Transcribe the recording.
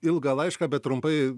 ilgą laišką bet trumpai